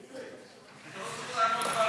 איציק, תפרגן,